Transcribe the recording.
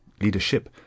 leadership